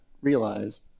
realize